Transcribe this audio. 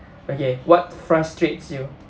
okay what frustrates you